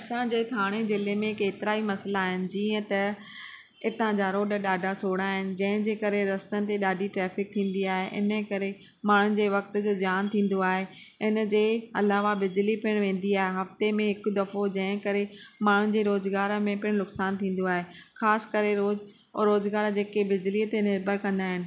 असांजे थाणे जिले में केतिरा हि मसइला आहिनि जीअं त इतां जा रोड ॾाढा सोड़ा आहिनि जंहिंजे करे रस्तनि ते ॾाढी ट्रैफिक थींदी आहे इन करे माण्हुनि जे वक़्त जो ॼान थींदो आहे इन जे अलावा बिजली पिणु वेंदी आहे हफ़्ते में हिकु दफ़ो जंहिं करे माण्हुनि जे रोज़गार में पिणु नुक़सान थींदो आहे ख़ासि करे और रोज़गार जेके बिजलीअ ते निर्भर कंदा आहिनि